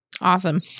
Awesome